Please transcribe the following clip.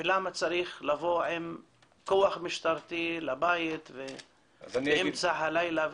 ולמה צריך לבוא עם כוח משטרתי לבית באמצע הלילה,